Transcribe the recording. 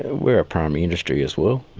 ah we are a primary industry as well.